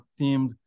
themed